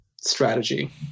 Strategy